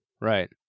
Right